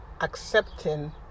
accepting